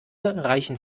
reichen